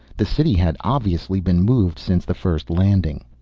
the city had obviously been moved since the first landing.